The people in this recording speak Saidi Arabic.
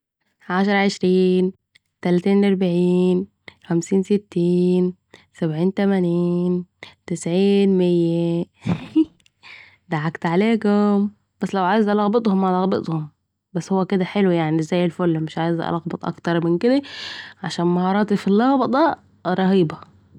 عشره عشرين تلاتين أربعين خمسين ستين سبعين تمانين تسعين ميه، ضحكت عليكم ، بس لو عايز الخبطهم؟ الخبطهم بس هو كده حلو زي الفل مش عايزة الخبط اكتر من كده علشان مهاراتي في اللخبطه رهيبه